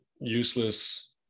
useless